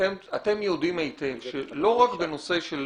אתם יודעים היטב שלא רק בנושא של